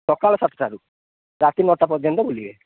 ସକାଳ ସାତଠାରୁ ରାତି ନଅଟା ପର୍ଯ୍ୟନ୍ତ ବୁଲିବେ